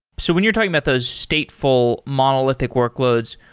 so when you're talking about those stateful monolithic workloads,